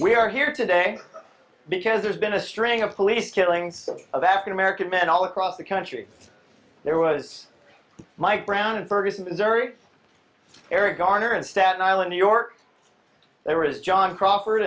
we are here today because there's been a string of police killings of african american men all across the country there was mike brown in ferguson missouri eric garner in staten island new york they were his john crawford